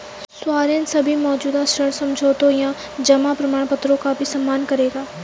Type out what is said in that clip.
sovereign सभी मौजूदा ऋण समझौतों या जमा प्रमाणपत्रों का भी सम्मान करेगा